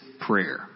prayer